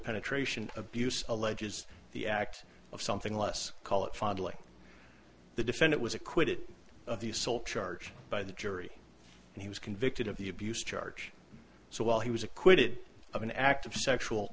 penetration abuse alleges the act of something less call it fondling the defendant was acquitted of the assault charge by the jury and he was convicted of the abuse charge so while he was acquitted of an act of sexual